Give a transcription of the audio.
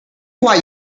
why